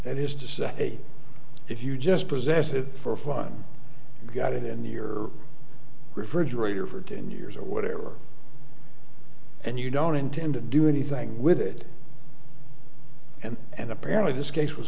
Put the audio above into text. that is to say if you just possessive for fun you got it in your refrigerator for ten years or whatever and you don't intend to do anything with it and and apparently this case was